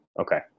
Okay